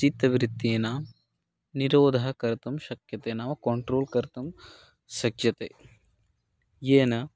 चित्तवृत्तीनां निरोधः कर्तुं शक्यते नाम कोण्ट्रोल् कर्तुं शक्यते येन